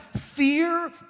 fear